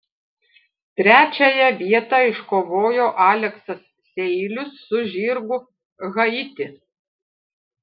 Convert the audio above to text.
trečiąją vietą iškovojo aleksas seilius su žirgu haiti